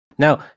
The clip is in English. Now